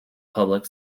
public